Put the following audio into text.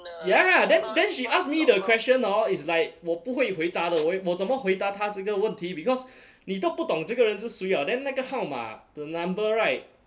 ya then then she ask me the question orh is like 我不会回答的我也我怎么回答她这个问题 because 你都不懂这个人是谁了 then 那个号码 the number [right]